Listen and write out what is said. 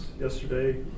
yesterday